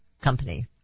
Company